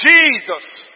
Jesus